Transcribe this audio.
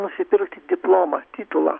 nusipirkti diplomą titulą